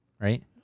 right